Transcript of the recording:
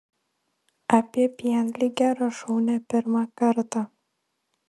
apie pienligę rašau ne pirmą kartą